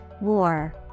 war